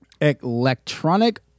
Electronic